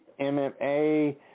MMA